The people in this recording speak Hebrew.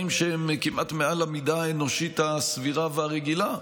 שהם כמעט מעל המידה האנושית הסבירה והרגילה,